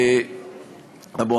ואיך אתם מתכוונים לדאוג לזה?